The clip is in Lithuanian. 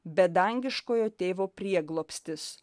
bet dangiškojo tėvo prieglobstis